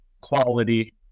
quality